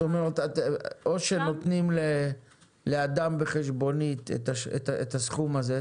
זאת אומרת או שנותנים לאדם בחשבונית את הסכום הזה.